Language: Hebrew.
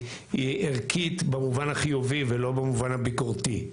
ערכית במובן החיובי ולא במובן הביקורתי.